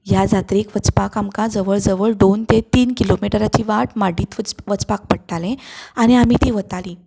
ह्या जात्रेक वचपाक आमकां जवळ जवळ दोन ते तीन किलोमिटराची वाट माड्डीत वच वचपाक पडटालें आनी आमी ती वतालीं